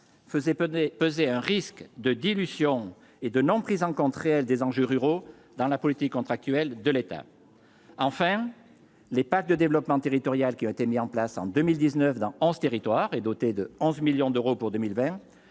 peser, peser un risque de dilution et de non prise en compte réelle des enjeux ruraux dans la politique contractuelle de l'État, enfin, l'épave de développement territorial qui ont été mis en place en 2019 dans en ce territoire et doté de 11 millions d'euros pour 2020